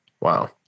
Wow